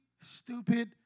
stupid